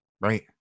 Right